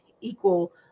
equal